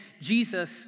Jesus